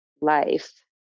life